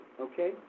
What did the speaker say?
Okay